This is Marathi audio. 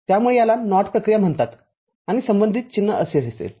त्यामुळे याला NOT प्रक्रिया म्हणतात आणि संबंधित चिन्ह असे असेल